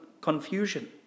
confusion